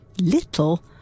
little